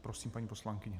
Prosím, paní poslankyně.